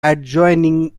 adjoining